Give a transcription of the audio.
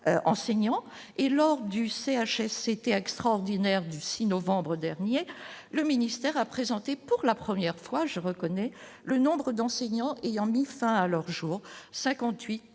et lors du CHSCT extraordinaire du 6 novembre dernier, le ministère a présenté pour la première fois, je reconnais le nombre d'enseignants ayant mis fin à leurs jours 58 de